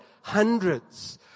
hundreds